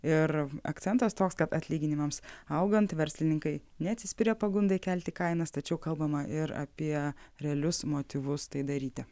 ir akcentas toks kad atlyginimams augant verslininkai neatsispiria pagundai kelti kainas tačiau kalbama ir apie realius motyvus tai daryti